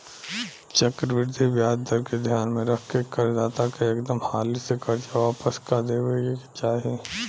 चक्रवृद्धि ब्याज दर के ध्यान में रख के कर दाता के एकदम हाली से कर्जा वापस क देबे के चाही